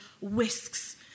whisks